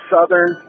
Southern